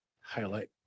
highlight